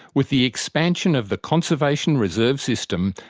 with the expansion of the conservation reserve system,